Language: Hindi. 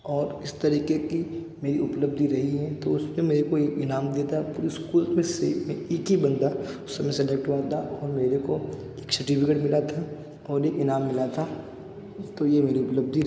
और इस तरीके की मेरी उपलब्धि रही है तो उसके मेरे को एक इनाम देता पूरा स्कूल में से एक ही बंदा उसमें सिलेक्ट हुआ था और मेरे को एक सर्टिफिकेट मिला था और एक इनाम मिला था तो यह मेरी उपलब्धि